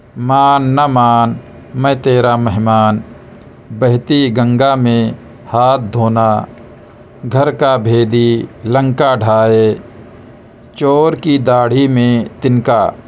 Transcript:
مان نہ مان میں تیرا مہمان بہتی گنگا میں ہاتھ دھونا گھر کا بھیدی لنکا ڈھائے چور کی داڑھی میں تنکا